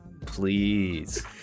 Please